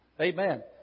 Amen